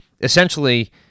Essentially